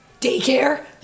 daycare